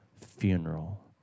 funeral